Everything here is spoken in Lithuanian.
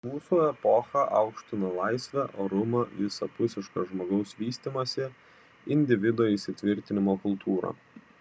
mūsų epocha aukština laisvę orumą visapusišką žmogaus vystymąsi individo įsitvirtinimo kultūrą